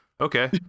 okay